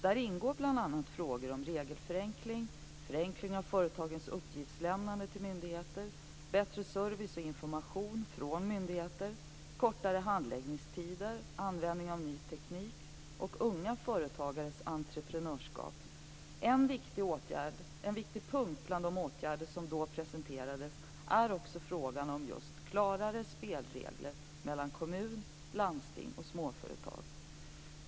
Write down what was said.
Där ingår bl.a. frågor om regelförenkling, förenkling av företagens uppgiftslämnande till myndigheter, bättre service och information från myndigheter, kortare handläggningstider, användning av ny teknik och unga företagares entreprenörskap. En viktig punkt bland de åtgärder som presenterades är också frågan om klarare spelregler mellan kommuner, landsting och småföretag.